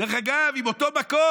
דרך אגב, עם אותו מקום: